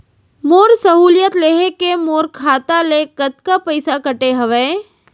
मोर सहुलियत लेहे के मोर खाता ले कतका पइसा कटे हवये?